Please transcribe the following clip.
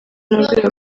n’urwego